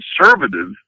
conservative